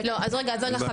לא אז רגע חברים,